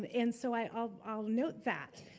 um and so i'll note that.